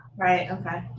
right, ok.